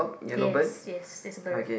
yes yes there's a bird